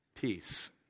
peace